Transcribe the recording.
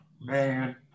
Man